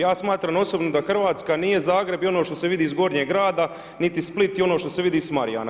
Ja smatram osobno da Hrvatska nije Zagreb i ono što se vidi iz Gornjeg Grada niti Split i ono što se vidi iz Marjana.